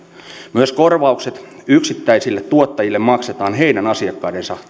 myös korvaukset yksittäisille tuottajille maksetaan heidän asiakkaidensa